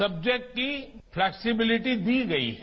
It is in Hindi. सब्जेक्ट की फलैक्सीबिलिटी दी गई है